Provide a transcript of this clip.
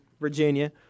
Virginia